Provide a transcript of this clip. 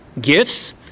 gifts